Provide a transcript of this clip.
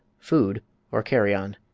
food or carrion.